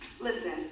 Listen